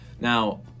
Now